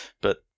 but-